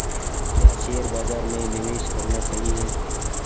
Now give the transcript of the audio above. क्या शेयर बाज़ार में निवेश करना सही है?